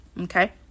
okay